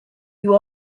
you